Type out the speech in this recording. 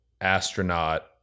astronaut